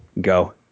go